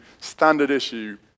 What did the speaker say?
standard-issue